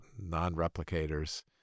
non-replicators